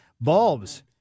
Bulbs